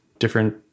Different